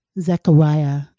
Zechariah